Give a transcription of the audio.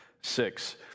six